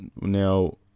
now